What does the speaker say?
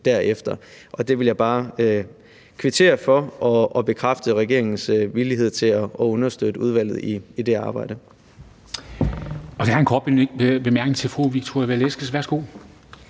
derefter? Det vil jeg bare kvittere for og bekræfte regeringens villighed til at understøtte udvalget i det arbejde. Kl. 20:41 Formanden (Henrik Dam Kristensen): Der er en kort bemærkning til fru Victoria Velasquez, værsgo.